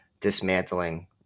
dismantling